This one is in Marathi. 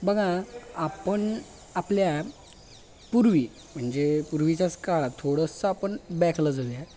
बघा आपण आपल्या पूर्वी म्हणजे पूर्वीचाच काळ थोडंसं आपण बॅक ला जाऊया